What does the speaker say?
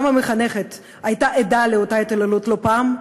גם המחנכת הייתה עדה לאותה התעללות לא פעם,